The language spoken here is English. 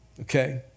okay